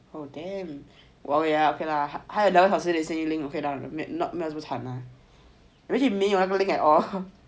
oh damn okay lah 还还有两个小时 link 没有那么惨 imagine 没有那个 link at all